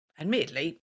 admittedly